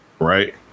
Right